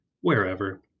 wherever